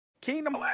Kingdom